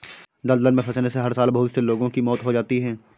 दलदल में फंसने से हर साल बहुत से लोगों की मौत हो जाती है